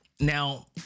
now